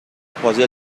پازل